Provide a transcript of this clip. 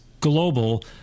global